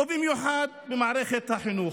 ובמיוחד במערכת החינוך.